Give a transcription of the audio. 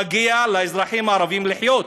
מגיע לאזרחים הערבים לחיות.